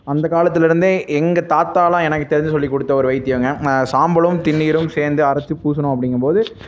அந்த காலத்திலருந்தே எங்கள் தாத்தாவெலாம் எனக்கு தெரிந்து சொல்லிக்கொடுத்த ஒரு வைத்தியங்கள் சாம்பலும் திருநீறும் சேர்ந்து அரைத்து பூசினோம் அப்படிங்கம்போது